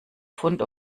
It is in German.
pfund